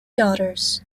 daughters